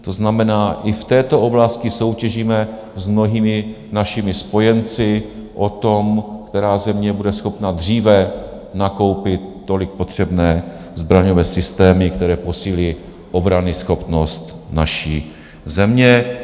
To znamená, i v této oblasti soutěžíme s mnohými našimi spojenci o to, která země bude schopna dříve nakoupit tolik potřebné zbraňové systémy, které posílí obranyschopnost naší země.